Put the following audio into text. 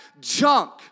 junk